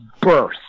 birth